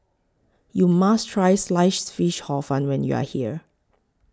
YOU must Try Sliced Fish Hor Fun when YOU Are here